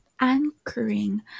anchoring